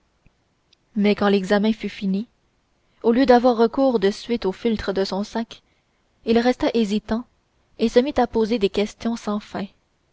mais quand l'examen fut fini au lieu d'avoir recours de suite aux philtres de son sac il resta hésitant et se mit à poser des questions sans fin